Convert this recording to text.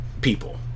people